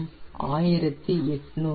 M 1800